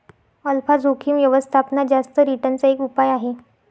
alpha जोखिम व्यवस्थापनात जास्त रिटर्न चा एक उपाय आहे